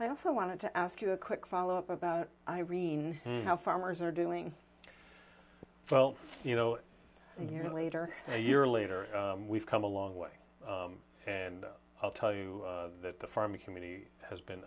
i also want to ask you a quick follow up about irene how farmers are doing well you know years later a year later we've come a long way and i'll tell you that the farming community has been